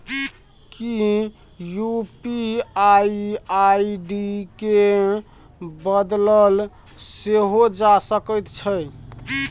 कि UPI ID केँ बदलल सेहो जा सकैत छै?